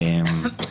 סליחה.